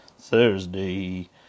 Thursday